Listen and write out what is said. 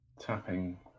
tapping